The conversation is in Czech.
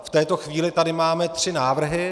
V této chvíli tady máme tři návrhy.